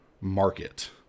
market